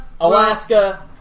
Alaska